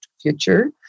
future